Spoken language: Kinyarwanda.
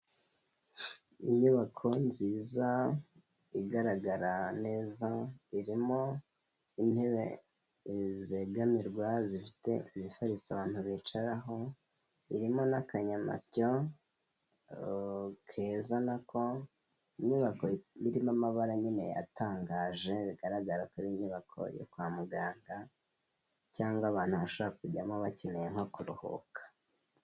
Inyubako nziza igaragara neza, irimo intebe zegamirwa zifite imifariso abantu bicaraho, irimo n'akanyamasyo keza na ko inyubako irimo amabara nyine atangaje bigaragara ko ari inyubako yo kwa muganga cyangwa abantu bashobora kujyamo bakeneye nko kuruhuka.